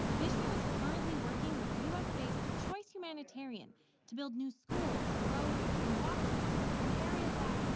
bishnu is currently working with u s. based choice humanitarian to build new schools, roads and water systems in areas that,